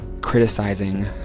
criticizing